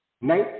Night